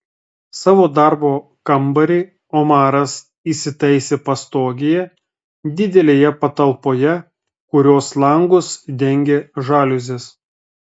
savo darbo kambarį omaras įsitaisė pastogėje didelėje patalpoje kurios langus dengė žaliuzės